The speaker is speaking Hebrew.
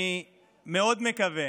ואני מקווה